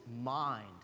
mind